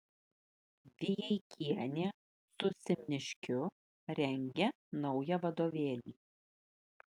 vijeikienė su simniškiu rengia naują vadovėlį